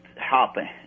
hopping